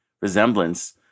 resemblance